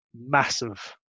massive